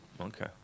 okay